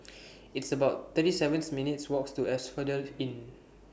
It's about thirty seven minutes' Walk to Asphodel Inn